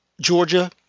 Georgia